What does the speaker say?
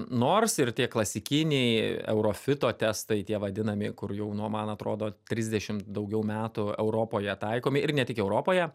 nors ir tie klasikiniai eurofito testai tie vadinami kur jau nuo man atrodo trisdešimt daugiau metų europoje taikomi ir ne tik europoje